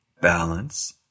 balance